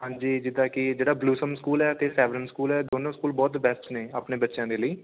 ਹਾਂਜੀ ਜਿੱਦਾਂ ਕਿ ਜਿਹੜਾ ਬਲੂਸਮ ਸਕੂਲ ਹੈ ਅਤੇ ਸੈਵਰਨ ਸਕੂਲ ਹੈ ਦੋਨੋਂ ਸਕੂਲ ਬਹੁਤ ਬੈਸਟ ਨੇ ਆਪਣੇ ਬੱਚਿਆਂ ਦੇ ਲਈ